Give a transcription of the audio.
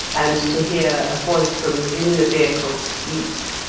and to hear a voice from within the vehicle speak.